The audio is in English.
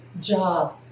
job